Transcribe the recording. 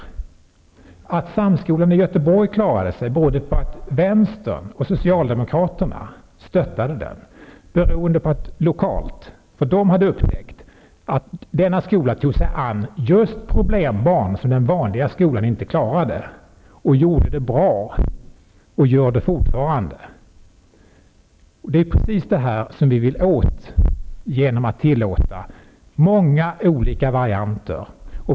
Att Samskolan i Göteborg klarade sig, berodde på att den stöttades av vänstern och socialdemokraterna lokalt, för där hade man upptäckt att denna skola tog sig an just problembarn som den vanliga skolan inte klarade. Den gjorde det bra och gör det fortfarande. Det är precis det här som vi vill åstadkomma genom att tillåta många olika varianter.